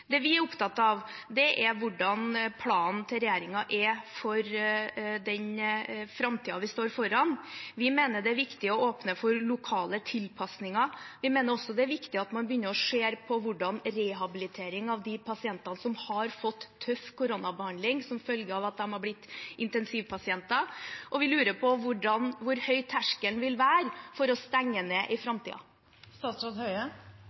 Det vi er opptatt av, er hvordan regjeringens plan er for den tiden vi står foran. Vi mener det er viktig å åpne for lokale tilpasninger. Vi mener også det er viktig at man begynner å se på rehabiliteringen av de pasientene som har fått tøff koronabehandling som følge av at de har blitt intensivpasienter. Og vi lurer på hvor høy terskelen vil være for å stenge ned i